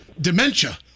Dementia